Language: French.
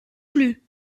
plus